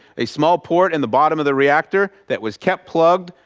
a small port in the bottom of the reactor that was kept plugged.